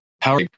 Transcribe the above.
power